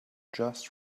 just